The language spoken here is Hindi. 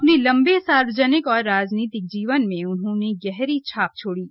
अपने लम्बे सार्वजनिक व राजनीतिक जीवन में उन्होंने गहरी छाप छोड़ी है